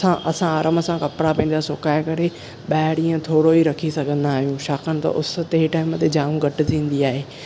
सां असां आराम सां कपिड़ा पंहिंजा सुखाए करे ॿाहिरि ईअं थोरो ई रखी सघंदा आहियूं छाकाणि त उस तंहिं टाइम ते जाम घटि थींदी आहे